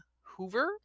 hoover